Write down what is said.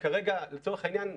כרגע, לצורך העניין,